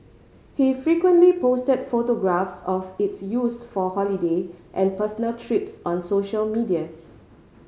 he frequently posted photographs of its use for holiday and personal trips on social medians